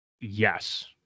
Yes